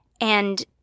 And-